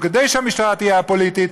וכדי שהמשטרה תהיה א-פוליטית,